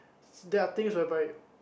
there are things where by